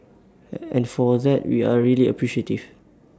and for that we are really appreciative